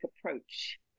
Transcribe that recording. approach